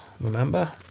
remember